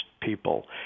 people